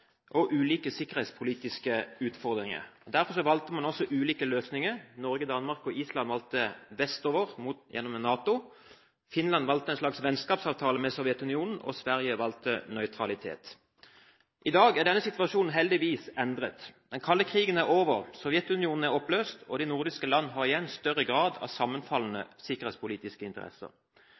og ulike sikkerhetspolitiske utfordringer. Derfor valgte man også ulike løsninger. Norge, Danmark og Island valgte tilknytning vestover gjennom NATO, Finland valgte en slags vennskapsavtale med Sovjetunionen, og Sverige valgte nøytralitet. I dag er denne situasjonen heldigvis endret. Den kalde krigen er over, Sovjetunionen er oppløst, og de nordiske land har igjen større grad av sammenfallende sikkerhetspolitiske interesser.